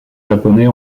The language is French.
japonais